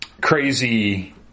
crazy